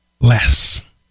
less